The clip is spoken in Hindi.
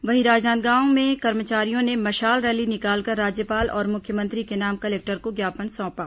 वहीं राजनांदगांव में कर्मचारियों ने मशाल रैली निकालकर राज्यपाल और मुख्यमंत्री के नाम कलेक्टर को ज्ञापन सौंपा